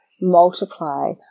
multiply